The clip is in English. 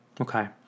Okay